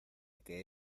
que